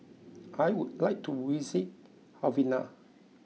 I would like to visit Havana